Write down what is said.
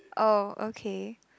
oh okay